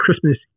Christmas